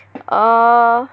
err